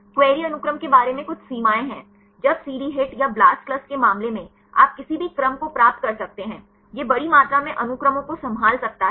query अनुक्रम के बारे में कुछ सीमाएँ हैं जब CD HIT या Blastclust के मामले में आप किसी भी क्रम को प्राप्त कर सकते हैं यह बड़ी मात्रा में अनुक्रमों को संभाल सकता है